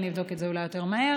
אני אבדוק את זה אולי יותר מהר.